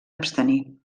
abstenir